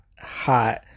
hot